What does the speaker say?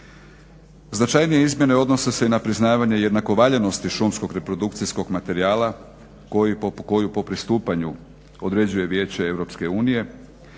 Značajnije izmjene odnose se i na priznavanje jednako valjanosti šumskog reprodukcijskog materijala koju po pristupanju određuje Vijeće